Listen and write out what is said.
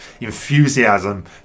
enthusiasm